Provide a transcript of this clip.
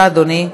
בבקשה, אדוני,